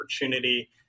opportunity